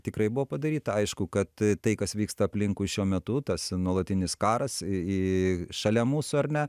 tikrai buvo padaryta aišku kad tai kas vyksta aplinkui šiuo metu tas nuolatinis karas į šalia mūsų ar ne